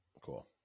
Cool